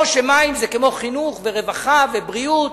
או שמים הם כמו חינוך ורווחה ובריאות?